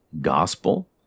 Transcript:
gospel